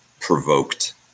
provoked